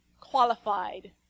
qualified